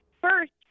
First